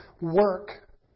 work